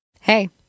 Hey